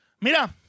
Mira